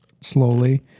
slowly